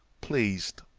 pleased